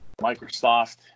Microsoft